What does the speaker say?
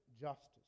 justice